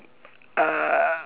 uh